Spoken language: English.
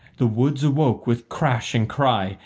the woods awoke with crash and cry,